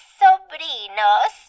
sobrinos